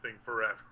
forever